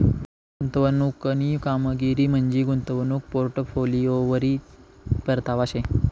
गुंतवणूकनी कामगिरी म्हंजी गुंतवणूक पोर्टफोलिओवरी परतावा शे